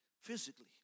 physically